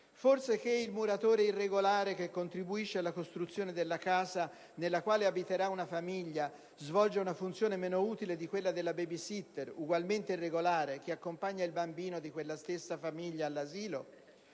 Forse che il muratore irregolare, che contribuisce alla costruzione della casa nella quale abiterà una famiglia, svolge una funzione meno utile di quella della *baby sitter*, ugualmente irregolare, che accompagna il bambino di quella stessa famiglia all'asilo?